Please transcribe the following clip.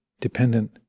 dependent